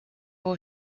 all